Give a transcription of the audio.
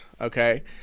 okay